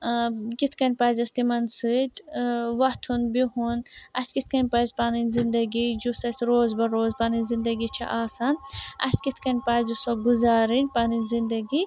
ٲں کِتھ کٔنۍ پَزِ اسہِ تِمن سۭتۍ ٲں وۄتھُن بِہُن اسہِ کِتھ کٔنۍ پَزِ پَنٕنۍ زِنٛدگی یُس اسہِ روز بَہ روز پَنٕنۍ زِندگی چھِ آسان اسہِ کِتھ کٔنۍ پَزِ سۄ گُزارٕنۍ پَنٕنۍ زِندگی